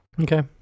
Okay